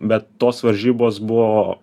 bet tos varžybos buvo